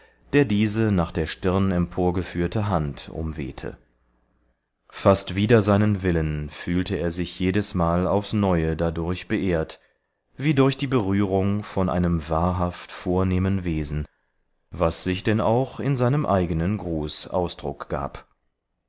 der diese nach der stirn emporgeführte hand umwehte fast wider seinen willen fühlte er sich jedesmal aufs neue dadurch beehrt wie durch die berührung von einem wahrhaft vornehmen wesen was sich denn auch in seinem eigenen gruß ausdruck gab